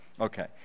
okay